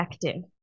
effective